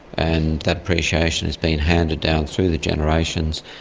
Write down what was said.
and that appreciation has been handed down through the generations,